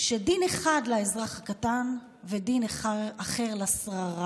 שדין אחד לאזרח הקטן ודין אחר לשררה.